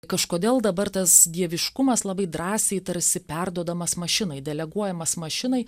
kažkodėl dabar tas dieviškumas labai drąsiai tarsi perduodamas mašinai deleguojamas mašinai